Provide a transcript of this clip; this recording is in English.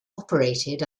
operated